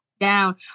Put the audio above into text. down